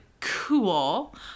cool